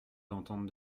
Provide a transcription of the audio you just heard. d’entendre